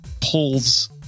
pulls